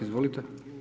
Izvolite.